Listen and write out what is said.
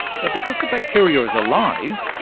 but because the bacteria is alive,